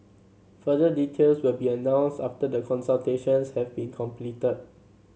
further details will be announced after the consultations have been completed